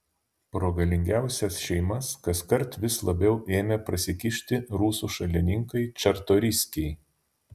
pro galingiausias šeimas kaskart vis labiau ėmė prasikišti rusų šalininkai čartoriskiai